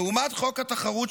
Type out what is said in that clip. לעומת חוק התחרות,